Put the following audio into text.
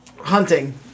hunting